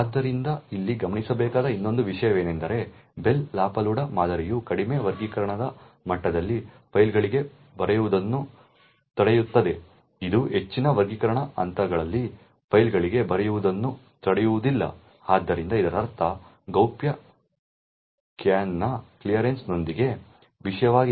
ಆದ್ದರಿಂದ ಇಲ್ಲಿ ಗಮನಿಸಬೇಕಾದ ಇನ್ನೊಂದು ವಿಷಯವೆಂದರೆ ಬೆಲ್ ಲಾಪಡುಲಾ ಮಾದರಿಯು ಕಡಿಮೆ ವರ್ಗೀಕರಣದ ಮಟ್ಟದಲ್ಲಿ ಫೈಲ್ಗಳಿಗೆ ಬರೆಯುವುದನ್ನು ತಡೆಯುತ್ತದೆ ಇದು ಹೆಚ್ಚಿನ ವರ್ಗೀಕರಣ ಹಂತಗಳಲ್ಲಿ ಫೈಲ್ಗಳಿಗೆ ಬರೆಯುವುದನ್ನು ತಡೆಯುವುದಿಲ್ಲ ಆದ್ದರಿಂದ ಇದರರ್ಥ ಗೌಪ್ಯ ಕ್ಯಾನ್ನ ಕ್ಲಿಯರೆನ್ಸ್ನೊಂದಿಗೆ ವಿಷಯವಾಗಿದೆ